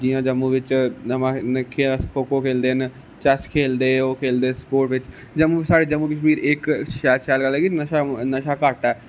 जि'यां जम्मू बिच नमां जि'यां अस खो खो खेलदे ना चैस खेलदे ओह् खेलदे स्पोट बिच जम्मू साढ़े जम्मू कश्मीर इक शैल शैल गल्ल ऐ नशा घट्ट ऐ